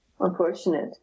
unfortunate